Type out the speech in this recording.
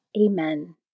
Amen